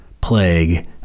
plague